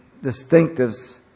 distinctives